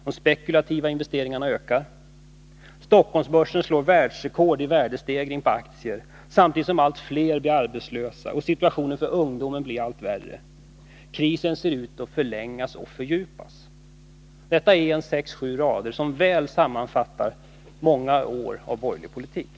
De spekulativa investeringarna ökar. Stockholmsbörsen slår världsrekord i värdestegring på aktier, samtidigt som allt fler blir arbetslösa och situationen för ungdomen blir allt värre. Krisen ser ut att förlängas och fördjupas. Detta är några rader som väl sammanfattar många år av borgerlig politik.